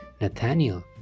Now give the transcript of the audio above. Nathaniel